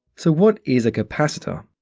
so, what is a capacitor?